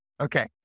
Okay